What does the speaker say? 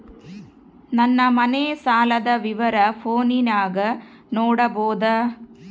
ನನ್ನ ಮನೆ ಸಾಲದ ವಿವರ ಫೋನಿನಾಗ ನೋಡಬೊದ?